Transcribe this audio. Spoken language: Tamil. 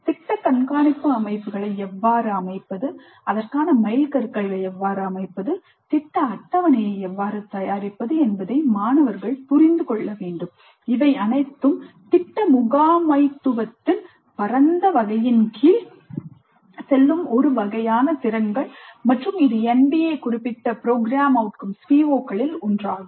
திட்ட கண்காணிப்பு அமைப்புகளை எவ்வாறு அமைப்பது அதற்கான மைல்கற்களை எவ்வாறு அமைப்பது திட்ட அட்டவணையை எவ்வாறு தயாரிப்பது என்பதை மாணவர்கள் புரிந்து கொள்ள வேண்டும் இவை அனைத்தும் திட்ட முகாமைத்துவத்தின் பரந்த வகையின் கீழ் செல்லும் ஒரு வகையான திறன்கள் மற்றும் இது NBA குறிப்பிட்ட PO களில் ஒன்றாகும்